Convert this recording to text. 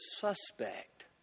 suspect